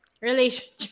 relationship